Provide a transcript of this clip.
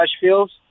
Fields